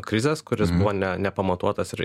krizės kuris buvo ne nepamatuotas ir